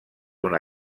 una